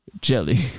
Jelly